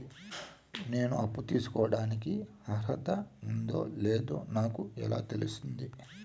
నేను అప్పు తీసుకోడానికి అర్హత ఉందో లేదో నాకు ఎలా తెలుస్తుంది?